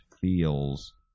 feels